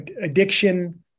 addiction